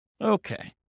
Okay